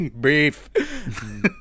Beef